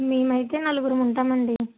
మేము అయితే నలుగురము ఉంటామండీ